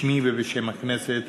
בשמי ובשם הכנסת